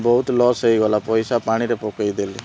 ବହୁତ ଲସ୍ ହେଇଗଲା ପଇସା ପାଣିରେ ପକାଇ ଦେଲି